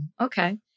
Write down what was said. okay